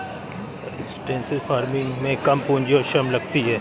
extensive farming में कम पूंजी और श्रम लगती है